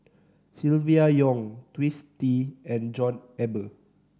Silvia Yong Twisstii and John Eber